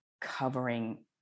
covering